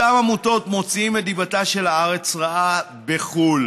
אותן עמותות מוציאות את דיבתה של הארץ רעה בחו"ל.